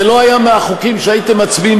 זה לא היה מהחוקים שהייתם מצביעים